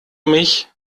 mich